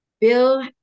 Bill